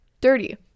dirty